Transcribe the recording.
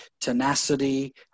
tenacity